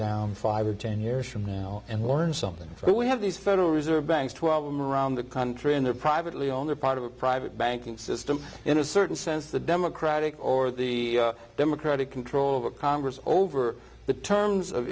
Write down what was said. down five or ten years from now and learn something from it we have these federal reserve banks twelve them around the country and they're privately owned or part of a private banking system in a certain sense the democratic or the democratic control of congress over the terms of